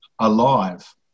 alive